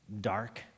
dark